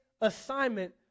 assignment